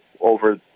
over